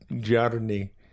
journey